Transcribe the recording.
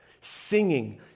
Singing